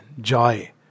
joy